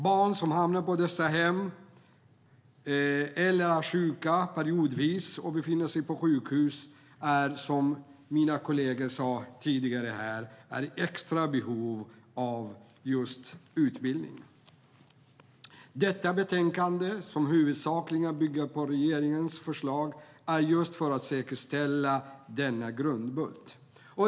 Barn som hamnar på dessa hem eller är sjuka periodvis och befinner sig på sjukhus är, som mina kolleger sa tidigare, i extra behov av utbildning. Detta betänkande, som huvudsakligen bygger på regeringens förslag, ska säkerställa denna grundbult.